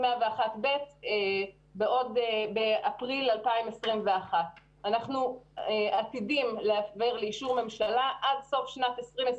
101ב' באפריל 2021. אנחנו עתידים להביא לאישור ממשלה עד סוף שנת 2021